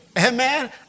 Amen